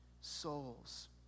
souls